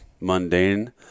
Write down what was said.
mundane